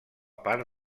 part